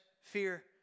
fear